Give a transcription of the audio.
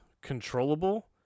controllable